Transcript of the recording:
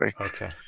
Okay